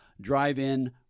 Drive-In